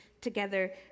together